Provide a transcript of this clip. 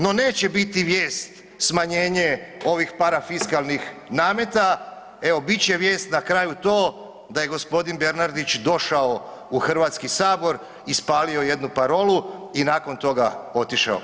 No, neće biti vijest smanjenje ovih parafiskalnih nameta, evo bit će vijest na kraju to da je gospodin Bernardić došao u Hrvatski sabor, ispalio jednu parolu i nakon toga otišao.